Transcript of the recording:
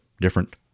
different